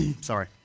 Sorry